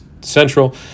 Central